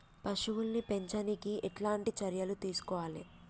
పశువుల్ని పెంచనీకి ఎట్లాంటి చర్యలు తీసుకోవాలే?